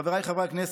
חבריי חברי הכנסת,